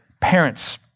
Parents